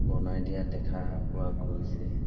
বনাই দিয়া দেখা পোৱা গৈছে